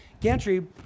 Gantry